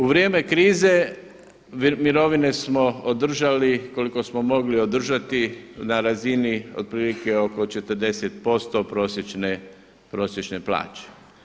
U vrijeme krize mirovine smo održali koliko smo mogli održati na razini otprilike oko 40% prosječne plaće.